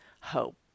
hope